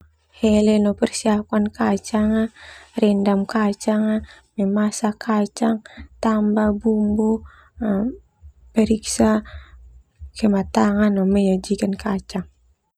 Hele no persiapkan kacang, rendam kacang, memasak kacang, tambah bumbu, periksa kematangan no menyajikan kacang.